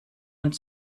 und